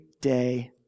day